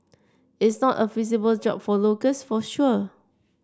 is not a feasible job for locals for sure